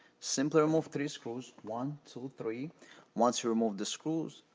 simply remove three screws one, two, three once you remove the screws,